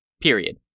Period